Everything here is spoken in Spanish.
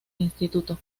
instituto